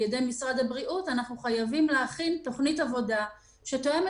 אנחנו חייבים להכין תכנית עבודה שתואמת